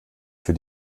für